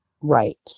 Right